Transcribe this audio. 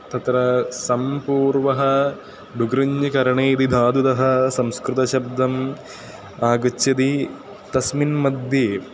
तत्र सम्पूर्वः डुकृञ् करणे इति धातुतः संस्कृतशब्दः आगच्छति तस्मिन् मध्ये